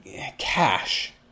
cash